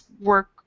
work